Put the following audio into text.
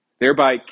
Thereby